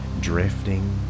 drifting